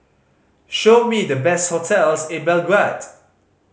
show me the best hotels in Belgrade